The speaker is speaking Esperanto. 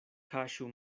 kaŝu